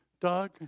Doug